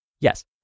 Yes